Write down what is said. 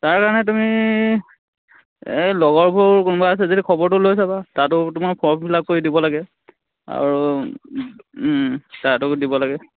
তাৰ কাৰণে তুমি এই লগৰবোৰ কোনোৱা আছে যদি খবৰটো লৈ চাবা তাতো তোমাৰ ফৰ্ম ফিল আপ কৰি দিব লাগে আৰু তাতো দিব লাগে